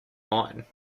mine